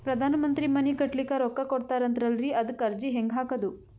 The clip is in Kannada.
ಪ್ರಧಾನ ಮಂತ್ರಿ ಮನಿ ಕಟ್ಲಿಕ ರೊಕ್ಕ ಕೊಟತಾರಂತಲ್ರಿ, ಅದಕ ಅರ್ಜಿ ಹೆಂಗ ಹಾಕದು?